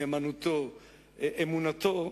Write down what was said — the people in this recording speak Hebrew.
בנאמנותו ובאמונתו,